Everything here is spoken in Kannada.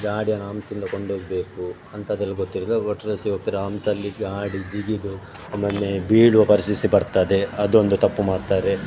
ಗಾಡಿಯನ್ನು ಅಮ್ಸಿಂದ ಕೊಂಡೋಗಬೇಕು ಅಂಥದ್ದೆಲ್ಲ ಗೊತ್ತಿರುವುದಿಲ್ಲ ಒಟ್ರಾಶಿ ಹೋಗ್ತಾರೆ ಅಮ್ಸಲ್ಲಿ ಗಾಡಿ ಜಿಗಿದು ಆಮೇಲೆ ಬೀಳುವ ಪರಿಸ್ಥಿಸಿ ಬರ್ತದೆ ಅದೊಂದು ತಪ್ಪು ಮಾಡ್ತಾರೆ